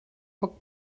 poc